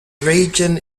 region